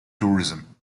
tourism